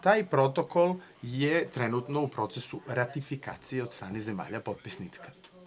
Taj protokol je trenutno u procesu ratifikacije od strane zemalja potpisnika.